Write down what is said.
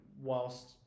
whilst